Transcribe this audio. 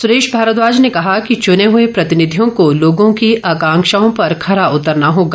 सुरेश भारद्वाज ने कहा कि चुने हए प्रतिनिधयों को लोगों की आकक्षाओं पर खरा उतरना होगा